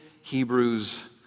Hebrews